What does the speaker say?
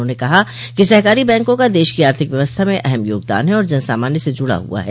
उन्होंने कहा कि सहकारी बैंकों का देश की आर्थिक व्यवस्था में अहम योगदान है और जनसामान्य से जुड़ा हुआ है